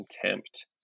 contempt